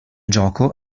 gioco